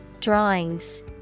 Drawings